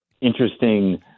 interesting